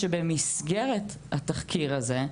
שבמסגרת התחקיר הזה,